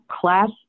class